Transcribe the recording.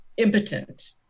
Impotent